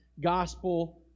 gospel